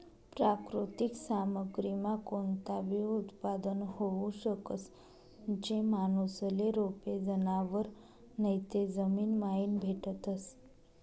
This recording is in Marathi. प्राकृतिक सामग्रीमा कोणताबी उत्पादन होऊ शकस, जे माणूसले रोपे, जनावरं नैते जमीनमाईन भेटतस